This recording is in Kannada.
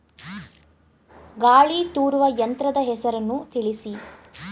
ಗಾಳಿ ತೂರುವ ಯಂತ್ರದ ಹೆಸರನ್ನು ತಿಳಿಸಿ?